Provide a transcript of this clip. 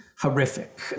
horrific